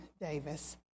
Davis